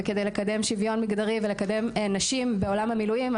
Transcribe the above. וכדי לקדם שוויון מגדרי ולקדם נשים בעולם המילואים,